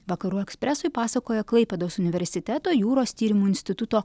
vakarų ekspresui pasakojo klaipėdos universiteto jūros tyrimų instituto